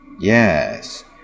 Yes